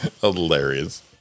Hilarious